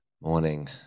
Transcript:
morning